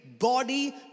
body